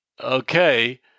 okay